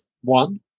one